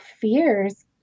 fears